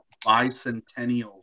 bicentennial